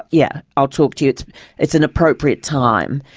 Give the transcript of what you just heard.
yeah i'll talk to you it's it's an appropriate time.